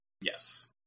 Yes